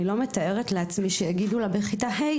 אני לא מתארת לעצמי שיגידו לה בכיתה ה',